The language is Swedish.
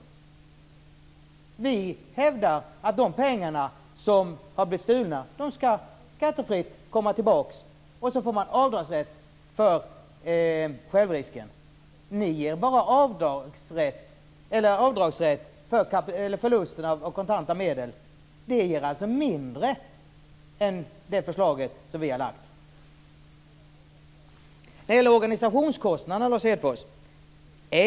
Vänsterpartiet hävdar att de pengar som blivit stulna skall komma tillbaka skattefritt. Dessutom skall man få avdragsrätt för självrisken. Majoriteten vill bara ge avdragsrätt för förlusten av kontanta medel. Detta ger alltså mindre än det förslag som Vänsterpartiet har lagt fram. När det gäller organisationskostnaderna undrar jag en sak, Lars Hedfors.